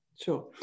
Sure